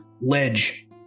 ledge